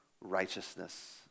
righteousness